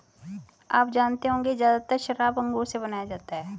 आप जानते होंगे ज़्यादातर शराब अंगूर से बनाया जाता है